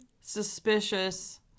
suspicious